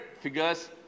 figures